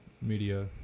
media